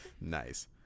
Nice